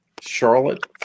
Charlotte